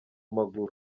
maguru